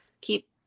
keep